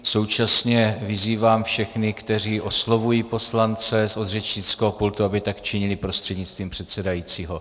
Současně vyzývám všech, kteří oslovují poslance od řečnického pultu, aby tak činili prostřednictvím předsedajícího.